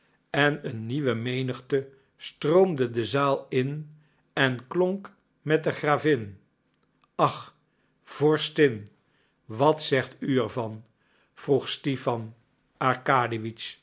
en een nieuwe menigte stroomde de zaal in en klonk met de gravin ach vorstin wat zegt u er van vroeg